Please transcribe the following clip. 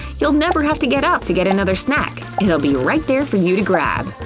you'll never have to get up to get another snack it'll be right there for you to grab!